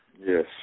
Yes